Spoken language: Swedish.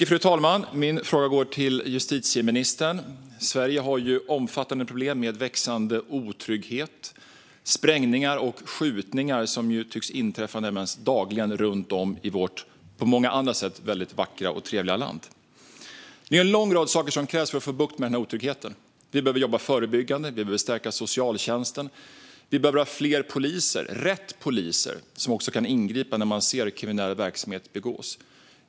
Fru talman! Min fråga går till justitieministern. Sverige har omfattande problem med växande otrygghet. Sprängningar och skjutningar tycks inträffa närmast dagligen runt om i vårt på många andra sätt väldigt vackra och trevliga land. Det är en lång rad saker som krävs för att få bukt med otryggheten. Vi behöver jobba förebyggande, vi behöver stärka socialtjänsten och vi behöver ha fler poliser - rätt poliser, som också kan ingripa när man ser att kriminell verksamhet bedrivs.